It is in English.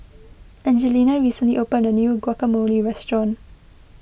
Angelina recently opened a new Guacamole restaurant